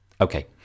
Okay